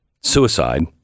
suicide